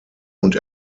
und